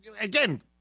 again